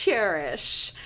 cherish.